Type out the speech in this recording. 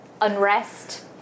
unrest